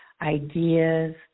ideas